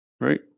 right